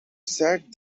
sat